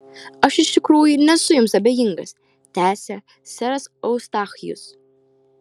aš iš tikrųjų nesu jums abejingas tęsė seras eustachijus